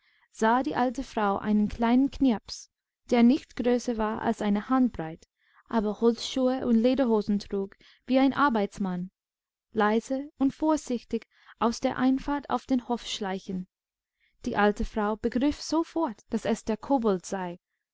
sah die alte frau einen kleinen knirps der nicht größer war als eine handbreit aber holzschuhe und lederhosentrugwieeinarbeitsmann leiseundvorsichtigausdereinfahrtauf denhofschleichen diealtefraubegriffsofort daßesderkoboldsei undsie wurdenichtimgeringstenbange siehatteimmergehört daßersichdortauf dem hofe aufhielt obgleich sie ihn noch nie gesehen hatte und ein kobold hattejaglückimgefolge woersichzeigte sobald der kobold auf